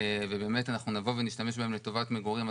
ובאמת נשתמש בהן לטובת מגורים,